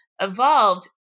evolved